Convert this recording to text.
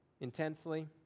intensely